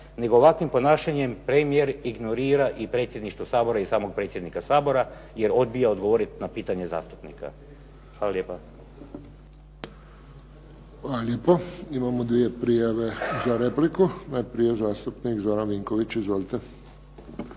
nego ovakvim ponašanjem premijer ignorira i Predsjedništvo Sabora i samog predsjednika Sabora jer odbija odgovorit na pitanje zastupnika. Hvala lijepa. **Friščić, Josip (HSS)** Hvala lijepo. Imamo dvije prijave za repliku. Najprije zastupnik Zoran Vinković. Izvolite.